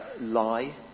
lie